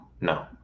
No